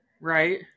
Right